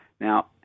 Now